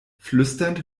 flüsternd